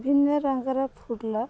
ବିଭିନ୍ନ ରଙ୍ଗର ଫୁଲ